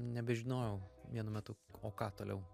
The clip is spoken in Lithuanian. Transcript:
nebežinojau vienu metu o ką toliau